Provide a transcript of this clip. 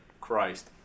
Christ